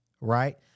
Right